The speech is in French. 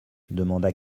demanda